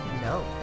no